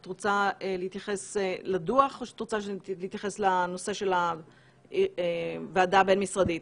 את רוצה להתייחס לדוח או שאת רוצה להתייחס לנושא של הוועדה הבין משרדית?